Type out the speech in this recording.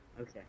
Okay